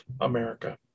America